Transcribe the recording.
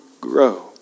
grow